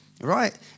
right